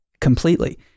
completely